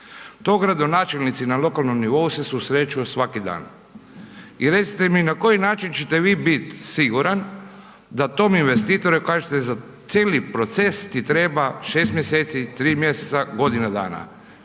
To gradonačelnici na lokalnoj nivou se susreću svaki dan. I recite mi na koji način ćete vi biti siguran da tom investitoru kažete za cijeli proces ti treba 6 mjeseci, 3 mjeseca, godina dana?